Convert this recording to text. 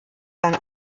dann